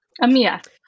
AMIA